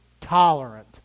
tolerant